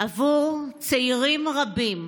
עבור צעירים רבים,